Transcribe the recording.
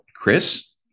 Chris